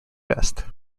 best